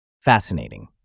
Fascinating